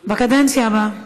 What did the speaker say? כן, אבל,